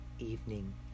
evening